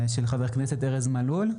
של חבר הכנסת מלול.